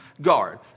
guard